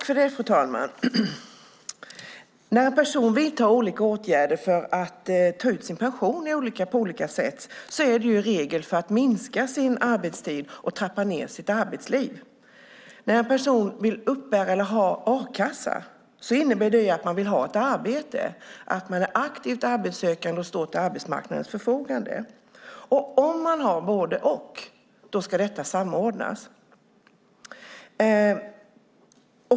Fru talman! När en person vidtar olika åtgärder för att ta ut sin pension är det i regel för att minska sin arbetstid och trappa ned på arbetslivet. När en person uppbär a-kassa innebär det att man vill ha ett arbete, att man är aktivt arbetssökande och står till arbetsmarknadens förfogande. Om man har både och ska detta samordnas.